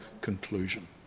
Conclusion